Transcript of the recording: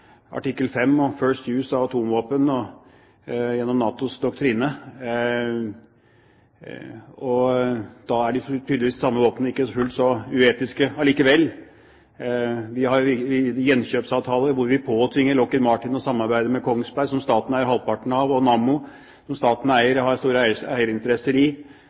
artikkel 5, «no first use» av atomvåpen og NATOs doktrine. Da er tydeligvis de samme våpnene ikke fullt så uetiske allikevel. Vi har gjenkjøpsavtaler hvor vi påtvinger Lockheed Martin å samarbeide med Kongsberg, som staten eier halvparten av, og Nammo, som staten har store eierinteresser i.